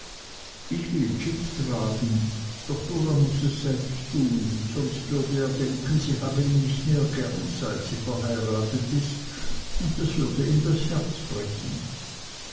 ich will jip tragen doch dora muß es selbst tun sonst würde er denken sie habe ihn nicht mehr gern seit sie verheiratet ist und das würde ihm das herz brechen